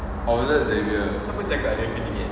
or is that xavier